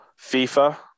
FIFA